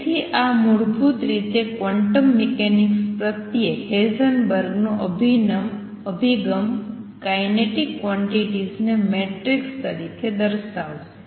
તેથી આ મૂળભૂત રીતે ક્વોન્ટમ મિકેનિક્સ પ્રત્યે હેઇઝનબર્ગનો અભિગમ કાયનેટિક ક્વોંટીટીઝ ને મેટ્રિસ તરીકે દર્શાવશે